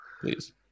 Please